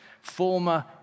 former